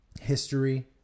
history